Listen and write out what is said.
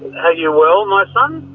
are you well, my son?